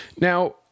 Now